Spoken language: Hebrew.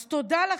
אז תודה לכן,